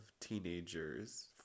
teenagers